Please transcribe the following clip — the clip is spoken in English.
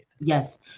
Yes